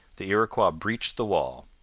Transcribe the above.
the iroquois breached the wall.